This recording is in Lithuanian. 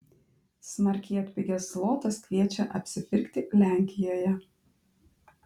smarkiai atpigęs zlotas kviečia apsipirkti lenkijoje